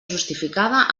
justificada